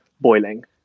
boiling